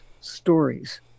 stories